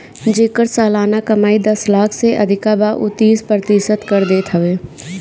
जेकर सलाना कमाई दस लाख से अधिका बा उ तीस प्रतिशत कर देत हवे